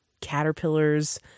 caterpillars